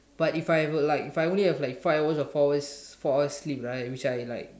but if I ever like if like I only have like five hours or four hours four hours sleep right which I like